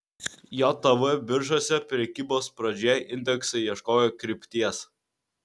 jav biržose prekybos pradžioje indeksai ieškojo krypties